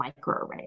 microarray